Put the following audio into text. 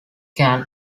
can